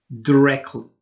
directly